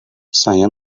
saya